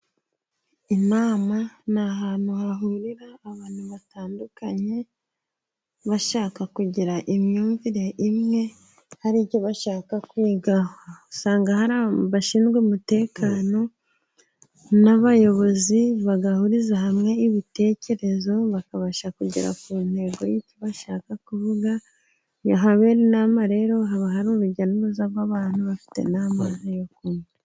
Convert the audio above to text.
Inama ni ahantu hahurira abantu batandukanye, bashaka kugira imyumvire imwe hari icyo bashaka kwiga, usanga hari abashinzwe umutekano n'abayobozi bagahuriza hamwe ibitekerezo, bakabasha kugera ku ntego y'icyo bashaka kuvuga, iyo habaye inama rero haba hari urujya n'uruza rw'abantu bafite n'amazi.